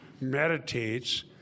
meditates